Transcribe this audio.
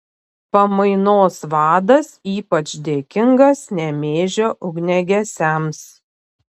pamainos vadas ypač dėkingas nemėžio ugniagesiams